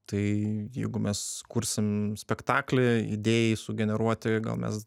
tai jeigu mes kursim spektaklį idėjai sugeneruoti gal mes